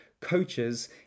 coaches